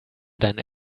deinen